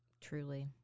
Truly